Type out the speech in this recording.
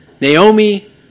Naomi